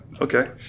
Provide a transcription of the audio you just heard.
okay